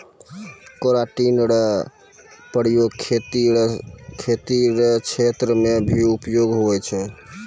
keratin रो प्रयोग खेती रो क्षेत्र मे भी उपयोग हुवै छै